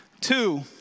Two